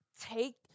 take